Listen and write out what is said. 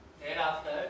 Thereafter